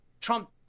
Trump